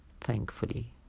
thankfully